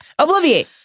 obliviate